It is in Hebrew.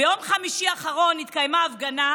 ביום חמישי האחרון התקיימה הפגנת